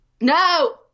No